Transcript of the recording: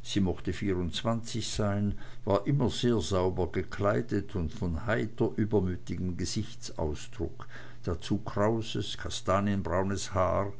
sie mochte vierundzwanzig sein war immer sehr sauber gekleidet und von heiter übermütigem gesichtsausdruck dazu krauses kastanienbraunes haar